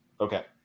okay